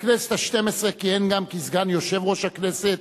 בכנסת השתים-עשרה כיהן גם כסגן יושב-ראש הכנסת,